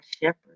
shepherd